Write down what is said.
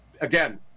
again